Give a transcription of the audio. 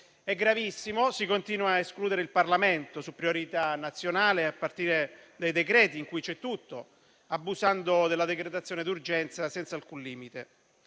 È gravissimo: si continua a escludere il Parlamento su priorità nazionali, a partire dai decreti-legge, che contengono tutto, abusando della decretazione d'urgenza senza alcun limite.